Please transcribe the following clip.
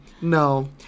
No